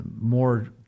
more